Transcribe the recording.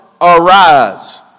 arise